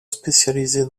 spécialisées